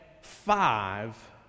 five